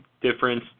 difference